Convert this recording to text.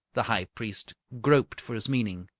the high priest groped for his meaning.